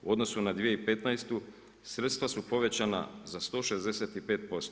U odnosu na 2015. sredstva su povećana za 165%